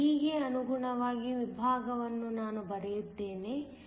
ಭಾಗ d ಗೆ ಅನುಗುಣವಾದ ವಿಭಾಗವನ್ನು ನಾನು ಬರೆಯುತ್ತೇನೆ